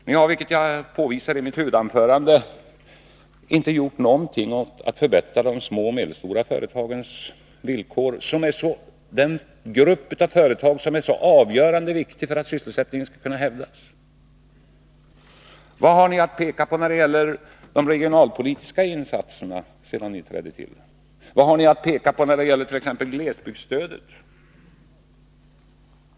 Ni har, vilket jag har påvisat i mitt huvudanförande, inte gjort någonting för att förbättra de små och medelstora företagens villkor — den grupp av företag som är så avgörande viktig för att sysselsättningen skall kunna hävdas. Vad har ni att peka på när det gäller de regionalpolitiska insatserna sedan ni trädde till? Vad har ni att peka på när det gäller t.ex. glesbygdsstödet?